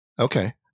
Okay